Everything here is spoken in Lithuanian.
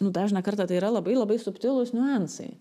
nu dažną kartą tai yra labai labai subtilūs niuansai